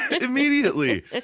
immediately